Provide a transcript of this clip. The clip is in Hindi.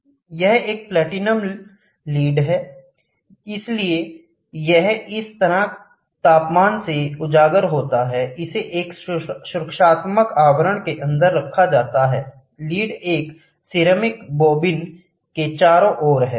यहां एक प्लैटिनम लीड है इसलिए यह इस तरह तापमान से उजागर होता है इसे एक सुरक्षात्मक आवरण के अंदर रखा जाता है लीड एक सिरेमिक बोबिन के चारों ओर है